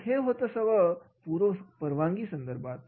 तर हे सर्व होतं पूर्व परवानगीसंदर्भात